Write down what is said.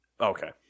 Okay